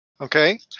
Okay